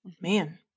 Man